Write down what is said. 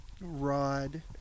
rod